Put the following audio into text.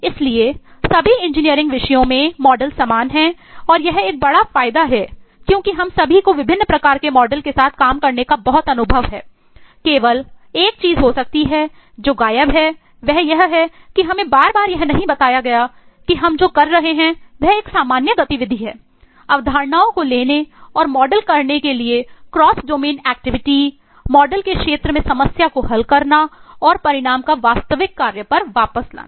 इसलिए सभी इंजीनियरिंग विषयों में मॉडल के क्षेत्र में समस्या को हल करना और परिणाम को वास्तविक कार्य पर वापस लाना